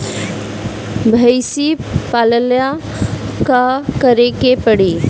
भइसी पालेला का करे के पारी?